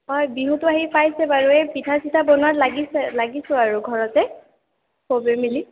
হয় বিহুটো আহি পাইছে বাৰু এই পিঠা চিঠা বনোৱাত লাগিছে লাগিছোঁ আৰু ঘৰতে চবে মিলি